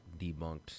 debunked